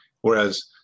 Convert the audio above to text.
Whereas